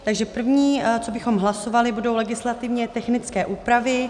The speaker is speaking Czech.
Takže první, co bychom hlasovali, budou legislativně technické úpravy.